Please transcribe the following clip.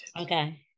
Okay